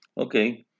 Okay